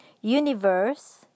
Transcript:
Universe